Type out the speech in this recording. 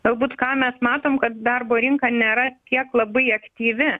galbūt ką mes matom kad darbo rinka nėra tiek labai aktyvi